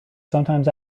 sometimes